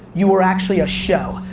you are actually a show,